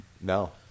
No